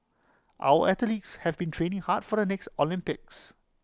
our athletes have been training hard for the next Olympics